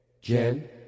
Jen